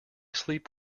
sleep